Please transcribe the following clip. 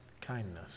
kindness